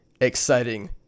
exciting